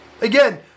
Again